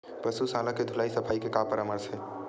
पशु शाला के धुलाई सफाई के का परामर्श हे?